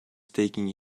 taking